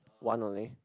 one only